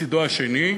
לצדו השני,